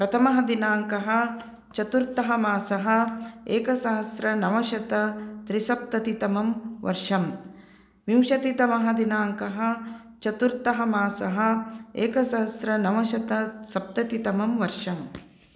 प्रथमः दिनाङ्क चतुर्थः मासः एकसहस्रनवशत त्रिसप्ततितमं वर्षम् विंशति तमः दिनाङ्गः चतुर्थः मासः एकसहस्र नवशत सप्तति तमं वर्षम्